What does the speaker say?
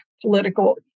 political